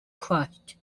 crushed